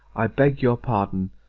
i beg your pardon,